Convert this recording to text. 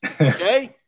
Okay